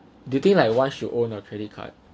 do you think like one should own a credit card